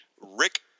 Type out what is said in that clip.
Rick